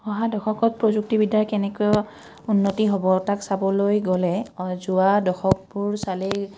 অহা দশকত প্ৰযুক্তিবিদ্যাৰ কেনেকৈ উন্নতি হ'ব তাক চাবলৈ গ'লে যোৱা দশকবোৰ চালেই